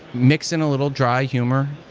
mix in a little dry humor,